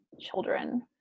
children